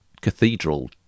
cathedral